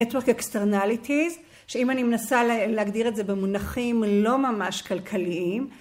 Network externalities שאם אני מנסה להגדיר את זה במונחים לא ממש כלכליים